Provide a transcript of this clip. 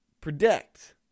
predict